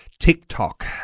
TikTok